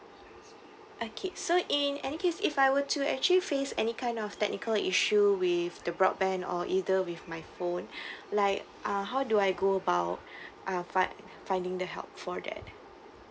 okay so in any case if I were to actually face any kind of technical issue with the broadband or either with my phone like ah how do I go about uh fi~ finding the help for that